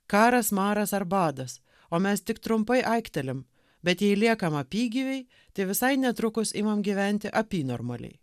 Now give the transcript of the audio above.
karas maras ar badas o mes tik trumpai aiktelim bet jei liekam apygyviai tai visai netrukus imam gyventi apynormaliai